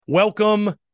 Welcome